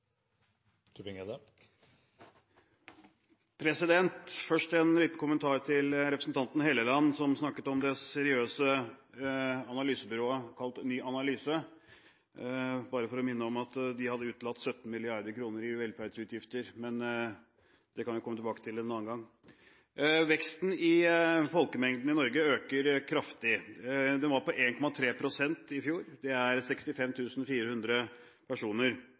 der. Først en liten kommentar til representanten Helleland, som snakket om det seriøse analysebyrået NyAnalyse. Jeg vil bare minne om at de hadde utelatt 17 mrd. kr i velferdsutgifter. Men det kan vi komme tilbake til en annen gang. Veksten i folkemengden i Norge øker kraftig. Veksten var på 1,3 pst. i fjor. Det er